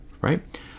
right